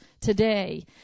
today